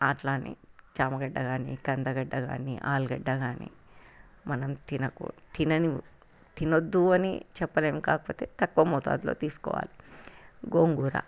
అట్లా అని చామగడ్డ కానీ కందగడ్డ కానీ ఆలుగడ్డ కానీ మనం తినకు తినని తినద్దు అని చెప్పలేం కాకపోతే తక్కువ మోతాదులో తీసుకోవాలి గోంగూర